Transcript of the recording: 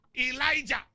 Elijah